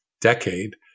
decade